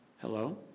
Hello